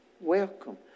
welcome